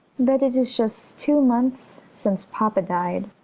that it is just two months since papa died.